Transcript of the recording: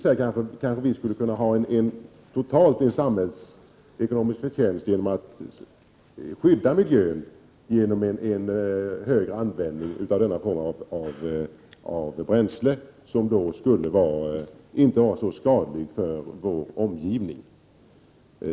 Totalt skulle det kanske kunna bli en samhällsekonomisk förtjänst genom att miljön skyddas vid större användning av det här bränslet, som ju inte är så skadligt för vår omgivning.